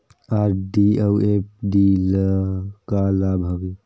RD अऊ FD ल का लाभ हवे?